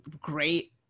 great